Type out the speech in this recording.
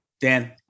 Dan